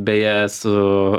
beje su